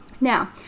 Now